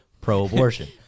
pro-abortion